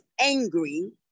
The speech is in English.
angry